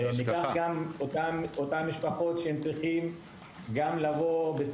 אותן המשפחות צריכות ללוות את הילדים